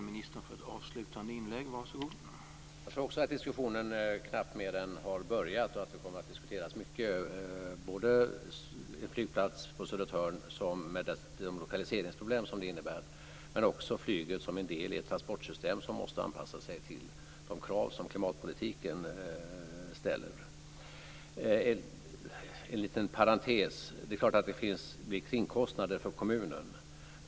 Herr talman! Jag tror också att diskussionen knappt mer än har börjat och att det kommer att diskuteras mycket både om en flygplats på Södertörn och de lokaliseringsproblem som det innebär och om flyget som en del i ett transportsystem som måste anpassa sig till de krav som klimatpolitiken ställer. En liten parentes: Det är klart att det blir kringkostnader för kommunen.